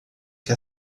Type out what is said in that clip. que